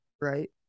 right